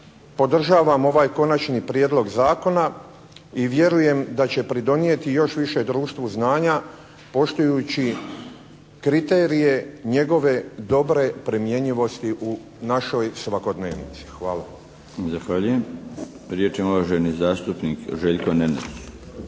podržavam ovaj Konačni prijedlog Zakona i vjerujem da će pridonijeti još više društvu znanja, poštujući kriterije njegove dobre primjenjivosti u našoj svakodnevnici. Hvala. **Milinović, Darko (HDZ)** Zahvaljujem. Riječ ima uvaženi zastupnik Željko Nenadić.